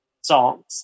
songs